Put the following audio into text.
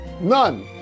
None